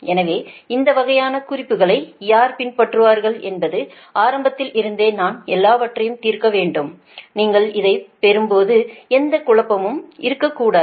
எனவே இந்த வகையான குறிப்புகளை யார் பின்பற்றுவார்கள் என்பது ஆரம்பத்தில் இருந்தே நான் எல்லாவற்றையும் தீர்க்க வேண்டும் நீங்கள் இதைப் பெறும்போது எந்த குழப்பமும் இருக்கக்கூடாது